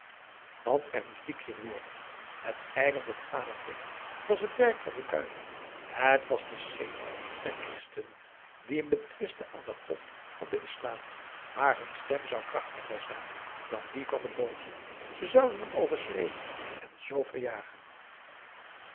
want er moest dikir worden het ijlen dat adam deed was het werk van den duivel het was de setan der christenen die hem betwistte aan den god van den islam maar hun stem zou krachtiger zijn dan die van den booze ze zouden hem overschreeuwen en z verjagen